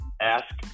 ask